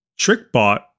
TrickBot